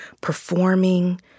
performing